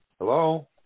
Hello